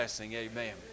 Amen